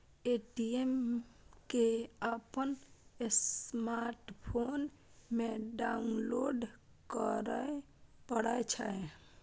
Paytm कें अपन smartphone मे डाउनलोड करय पड़ै छै